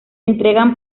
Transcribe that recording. entregan